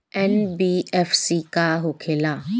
NBFC का होंखे ला?